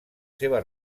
seva